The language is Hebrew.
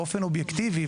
באופן אובייקטיבי,